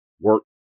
work